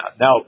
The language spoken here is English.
Now